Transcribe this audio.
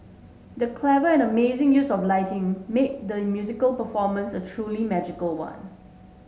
the clever and amazing use of lighting made the musical performance a truly magical one